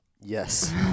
Yes